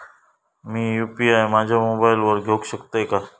मी UPI माझ्या मोबाईलावर घेवक शकतय काय?